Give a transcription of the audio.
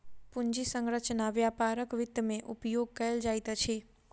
पूंजी संरचना व्यापारक वित्त में उपयोग कयल जाइत अछि